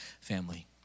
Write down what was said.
family